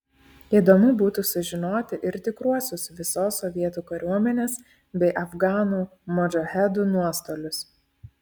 įdomu būtų sužinoti ir tikruosius visos sovietų kariuomenės bei afganų modžahedų nuostolius